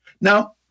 Now